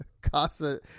Casa